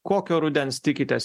kokio rudens tikitės